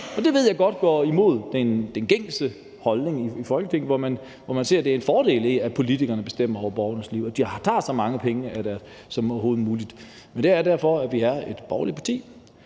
nu. Det ved jeg godt går imod den gængse holdning i Folketinget, hvor man ser en fordel i, at politikerne bestemmer over borgernes liv, og at de tager så mange penge som overhovedet muligt. Men det er derfor, vi er et borgerligt parti,